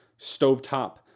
stovetop